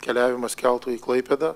keliavimas keltu į klaipėdą